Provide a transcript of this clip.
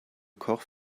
koch